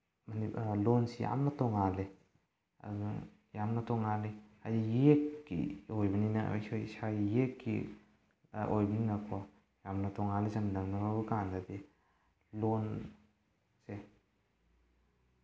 ꯂꯣꯜꯁꯦ ꯌꯥꯝꯅ ꯇꯣꯡꯉꯥꯜꯂꯦ ꯑꯗꯨꯅ ꯌꯥꯝꯅ ꯇꯣꯡꯉꯥꯜꯂꯦ ꯑꯩ ꯌꯦꯛꯀꯤ ꯑꯣꯏꯕꯅꯤꯅ ꯑꯩꯁꯨ ꯏꯁꯥꯒꯤ ꯌꯦꯛꯀꯤ ꯑꯣꯏꯕꯅꯤꯀꯣ ꯌꯥꯝꯅ ꯇꯣꯡꯉꯥꯜꯂꯤ ꯆꯥꯡꯗꯝꯅꯔꯨꯔꯀꯥꯟꯗꯗꯤ ꯂꯣꯜꯁꯦ